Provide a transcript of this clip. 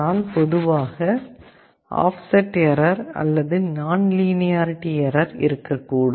ஆனால் பொதுவாக offset error அல்லது நான்லீனியாரிட்டி எர்ரர் இருக்கக்கூடும்